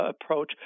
approach